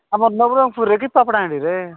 ଆମ ନବରଙ୍ଗପୁରରେ କି ପାପାଡ଼ାହାଣ୍ଡିରେ